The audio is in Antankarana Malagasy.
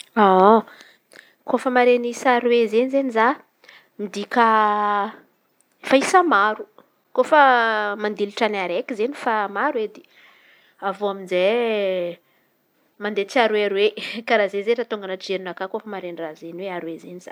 Kôfa maren̈y isa aroy izen̈y izen̈y za midika efa isa maro. Kôfa madilitry ny raiky izen̈y efa maro edy avy eo amizay mandeha tsiaroy aroy e. Karà zay izen̈y tônga anaty jerinakà koa refa mare raha izen̈y aroy koa za.